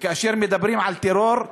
וכאשר מדברים על טרור,